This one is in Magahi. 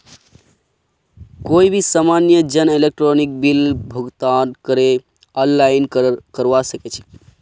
कोई भी सामान्य जन इलेक्ट्रॉनिक बिल भुगतानकेर आनलाइन करवा सके छै